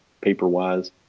paper-wise